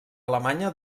alemanya